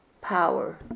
power